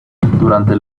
durante